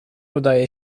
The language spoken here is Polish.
udaje